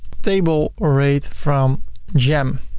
table rate from jem.